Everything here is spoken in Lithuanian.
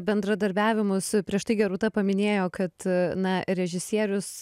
bendradarbiavimus prieš tai gerūta paminėjo kad na režisierius